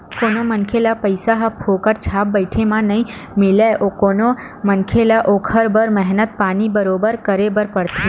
कोनो मनखे ल पइसा ह फोकट छाप बइठे म नइ मिलय कोनो मनखे ल ओखर बर मेहनत पानी बरोबर करे बर परथे